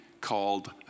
called